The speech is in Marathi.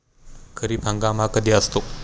खरीप हंगाम हा कधी असतो?